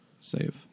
save